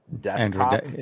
Desktop